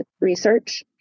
research